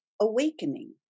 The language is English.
awakening